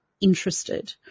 interested